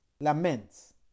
laments